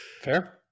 Fair